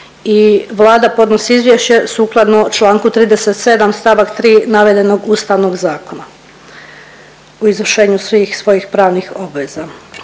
Vlada podnosi izvješće sukladno Članku 37. stavak 3. navedenog Ustavnog zakona u izvršenju svih svojih pravnih obveza.